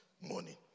morning